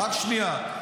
--- רק שנייה.